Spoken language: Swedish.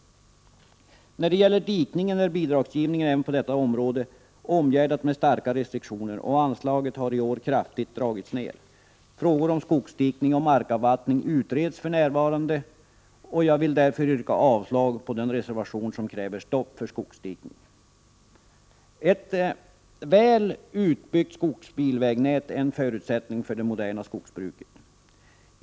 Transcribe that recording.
När det gäller dikningen är bidragsgivningen även på detta område omgärdat med starka restriktioner, och anslaget har i år kraftigt dragits ned. Frågor om skogsdikning och markavvattning utreds för närvarande, och jag vill därför yrka avslag på den reservation i vilken man kräver stopp för skogsdikning. Ett väl utbyggt skogsbilvägnät är en förutsättning för det moderna skogsbruket.